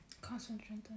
Concentrate